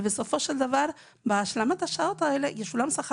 ובסופו של דבר בהשלמת השעות האלה ישולם שער